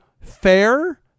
fair